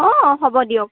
অঁ অঁ হ'ব দিয়ক